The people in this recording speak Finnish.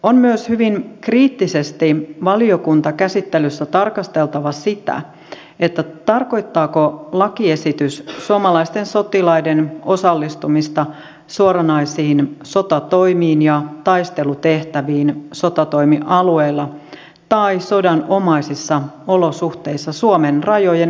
on myös hyvin kriittisesti valiokuntakäsittelyssä tarkasteltava sitä tarkoittaako lakiesitys suomalaisten sotilaiden osallistumista suoranaisiin sotatoimiin ja taistelutehtäviin sotatoimialueella tai sodanomaisissa olosuhteissa suomen rajojen ulkopuolella